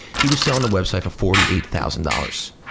he was selling the website for forty eight thousand dollars.